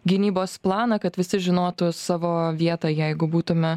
gynybos planą kad visi žinotų savo vietą jeigu būtume